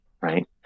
right